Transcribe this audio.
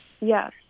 Yes